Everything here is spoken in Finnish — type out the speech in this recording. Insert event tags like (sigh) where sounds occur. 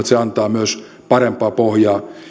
(unintelligible) se antaa myös parempaa pohjaa